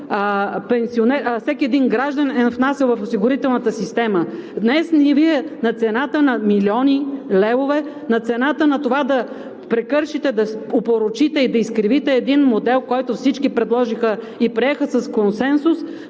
всеки един гражданин е внасял в осигурителната система. Днес Вие на цената на милиони левове, на цената на това да прекършите, да опорочите и да изкривите един модел, който всички предложиха и приеха с консенсус,